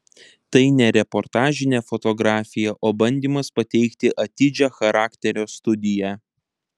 tai ne reportažinė fotografija o bandymas pateikti atidžią charakterio studiją